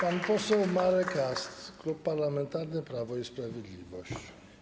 Pan poseł Marek Ast, Klub Parlamentarny Prawo i Sprawiedliwość.